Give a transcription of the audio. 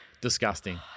Disgusting